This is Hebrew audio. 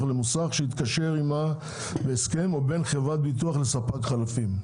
למוסך שיתקשר עמה בהסכם או בין חברת ביטוח לספק חלפים,